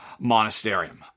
Monasterium